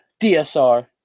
DSR